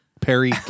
Perry